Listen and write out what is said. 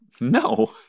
no